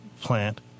plant